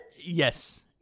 Yes